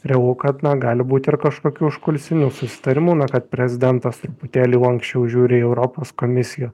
realu kad na gali būti ir kažkokių užkulisinių susitarimų na kad prezidentas truputėlį lanksčiau žiūri į europos komisiją